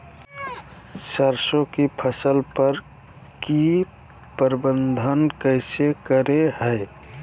सरसों की फसल पर की प्रबंधन कैसे करें हैय?